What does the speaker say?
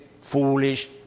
foolish